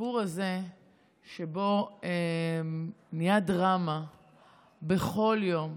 הסיפור הזה שבו נהיית דרמה בכל יום,